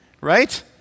Right